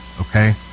Okay